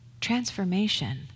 transformation